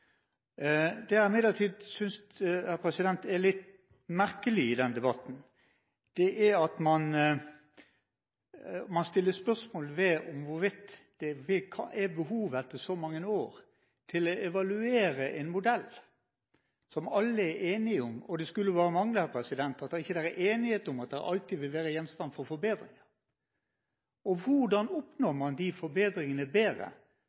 Det jeg imidlertid synes er litt merkelig i denne debatten, er at man stiller spørsmål ved hvorvidt det etter så mange år er behov for å evaluere en modell der alle er enige – og det skulle bare mangle at ikke alle er enige – at det alltid vil være muligheter for forbedring. Hvordan oppnår man forbedringer på en bedre